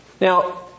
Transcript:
Now